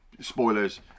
Spoilers